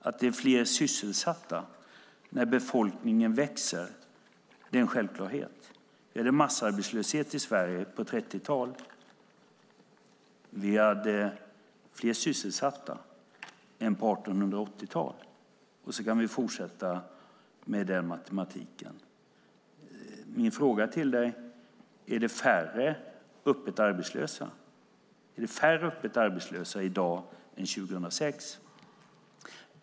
Att det är fler sysselsatta när befolkningen växer är en självklarhet. Vi hade massarbetslöshet i Sverige på 30-talet. Vi hade fler sysselsatta än på 1880-talet. Sedan kan vi fortsätta med den matematiken. Mina frågor till dig är: Är det färre öppet arbetslösa i dag än 2006?